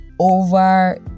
Over